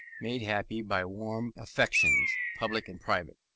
made happy by warm affections, public and private.